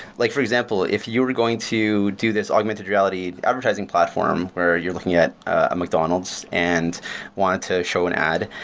like for example, if you are going to do this augmented reality advertising platform where you're looking at ah mcdonald's and wanted to show an ad,